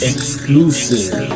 exclusive